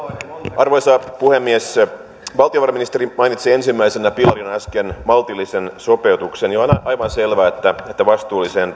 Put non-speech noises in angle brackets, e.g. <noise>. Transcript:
arvoisa puhemies valtiovarainministeri mainitsi ensimmäisenä pilarina äsken maltillisen sopeutuksen ja onhan aivan selvää että vastuullisen <unintelligible>